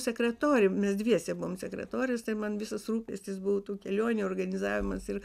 sekretorium mes dviese buvom sekretorės tai man visas rūpestis buvo tų kelionių organizavimas ir